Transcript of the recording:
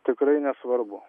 tikrai nesvarbu